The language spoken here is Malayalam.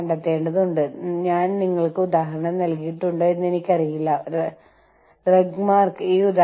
കൂടാതെ ഞങ്ങളുടെ മാതാപിതാക്കൾ കൊക്കകോള രുചിച്ചിരുന്നു